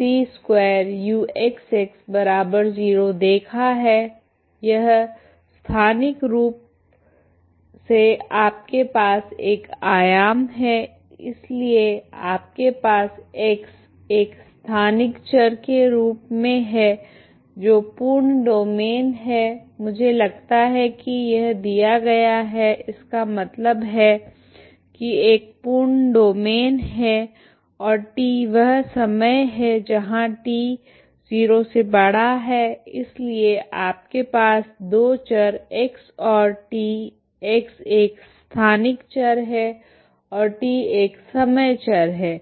c2uxx0 देखा है यह स्थानिक रूप से आपके पास एक आयाम है इसलिए आपके पास x एक स्थानिक चर के रूप में है जो पूर्ण डोमैन है मुझे लगता है कि यह दिया गया है इसका मतलब है कि एक पूर्ण डोमैन है और t वह समय है जहां t 0 है इसलिए आपके पास दो चर x और t x एक स्थानिक चर है और t एक समय चर है